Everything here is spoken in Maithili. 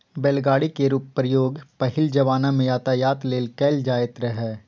बैलगाड़ी केर प्रयोग पहिल जमाना मे यातायात लेल कएल जाएत रहय